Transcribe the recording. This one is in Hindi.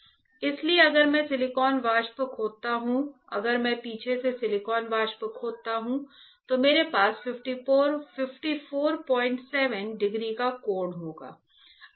क्योंकि अगर मैं सिलिकॉन वाष्प खोदता हूं अगर मैं पीछे से सिलिकॉन वाष्प खोदता हूं तो मेरे पास 547 डिग्री का कोण होगा